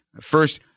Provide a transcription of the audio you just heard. First